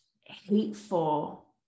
hateful